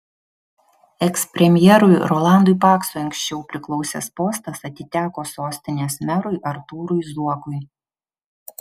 ekspremjerui rolandui paksui anksčiau priklausęs postas atiteko sostinės merui artūrui zuokui